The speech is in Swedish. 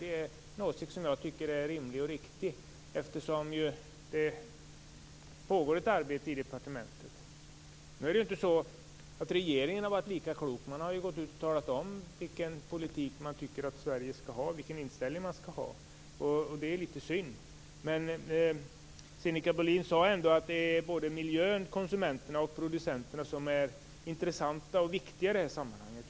Det är en åsikt som jag tycker är rimlig och riktig eftersom det ju pågår ett arbete inom departementet. Regeringen har inte varit lika klok. Man har talat om vilken politik man tycker att Sverige skall ha, vilken inställning man skall ha. Det är litet synd. Men Sinikka Bohlin sade ändå att både miljön, konsumenterna och producenterna är intressanta och viktiga i det här sammanhanget.